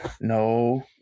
No